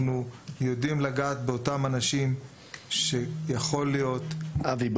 אנחנו יודעים לגעת באותם אנשים שיכול להיות --- אבי,